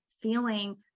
feeling